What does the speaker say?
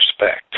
respect